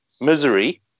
misery